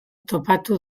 topatu